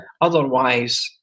Otherwise